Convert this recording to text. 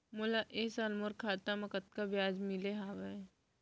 मोला ए साल मोर खाता म कतका ब्याज मिले हवये?